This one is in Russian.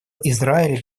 израиль